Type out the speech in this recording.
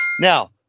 Now